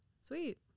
sweet